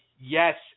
yes